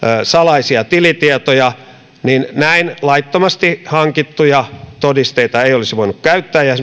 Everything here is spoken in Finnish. salaisia tilitietoja ei näin laittomasti hankittuja todisteita olisi voinut käyttää ja